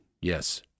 yes